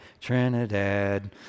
Trinidad